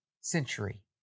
century